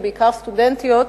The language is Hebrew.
ובעיקר סטודנטיות,